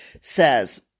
says –